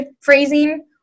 phrasing